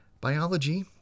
Biology